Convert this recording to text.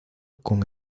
con